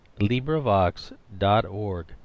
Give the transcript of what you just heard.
LibriVox.org